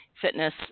fitness